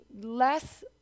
less